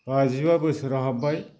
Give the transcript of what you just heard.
बाजिबा बोसोराव हाबबाय